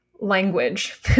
language